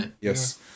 Yes